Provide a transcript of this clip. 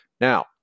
now